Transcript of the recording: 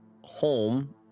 home